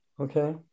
Okay